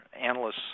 analysts